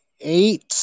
eight